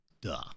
duh